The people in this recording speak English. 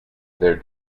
their